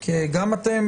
כי גם אתם,